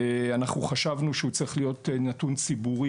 אנחנו חשבנו שהוא צריך להיות נתון ציבורי,